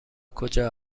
کجا